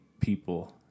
people